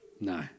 No